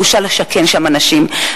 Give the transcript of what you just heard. בושה לשכן שם אנשים,